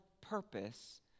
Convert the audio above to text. purpose